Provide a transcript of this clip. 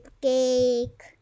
cake